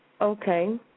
Okay